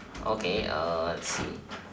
okay uh I see